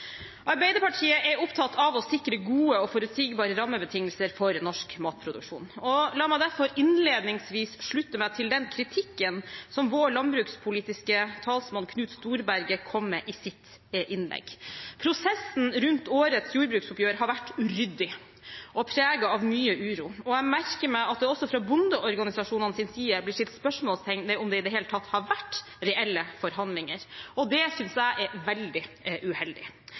Arbeiderpartiet er opptatt av å sikre gode og forutsigbare rammebetingelser for norsk matproduksjon. La meg derfor innledningsvis slutte meg til den kritikken som vår landbrukspolitiske talsmann Knut Storberget kom med i sitt innlegg. Prosessen rundt årets jordbruksoppgjør har vært uryddig og preget av mye uro, og jeg merker meg at det også fra bondeorganisasjonenes side blir satt spørsmålstegn ved om det i det hele tatt har vært reelle forhandlinger. Det synes jeg er veldig uheldig,